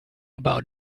about